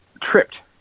tripped